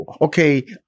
Okay